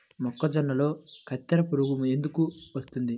మొక్కజొన్నలో కత్తెర పురుగు ఎందుకు వస్తుంది?